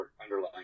underlying